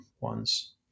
ones